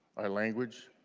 our language